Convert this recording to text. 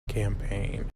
campaign